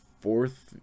Fourth